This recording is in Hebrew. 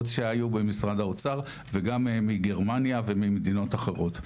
עוד שהיו במשרד האוצר וגם מגרמניה וממדינות אחרות.